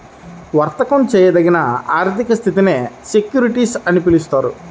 వర్తకం చేయదగిన ఆర్థిక ఆస్తినే సెక్యూరిటీస్ అని పిలుస్తారు